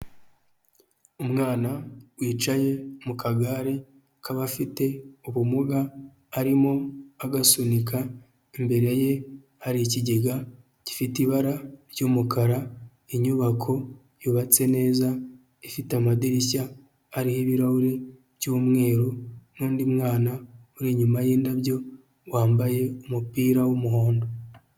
Umwana wicaye mu kagare k'abafite ubumuga, arimo agasunika imbere ye hari ikigega gifite ibara ry'umukara, inyubako yubatse neza ifite amadirishya arimo ibirahure by'umweru n'undi mwana uri inyuma y'indabyo wambaye umupira w'umuhondo.